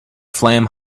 flame